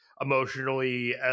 emotionally